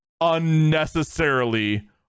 unnecessarily